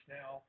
now